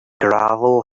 gravel